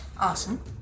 Awesome